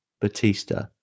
Batista